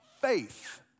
faith